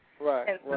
right